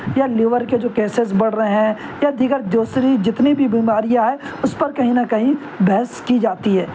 یا لیور کے جو کیسز بڑھ رہے ہیں یا دیگر دوسری جتنی بھی بیماریاں ہے اس پر کہیں نہ کہیں بحث کی جاتی ہے